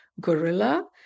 gorilla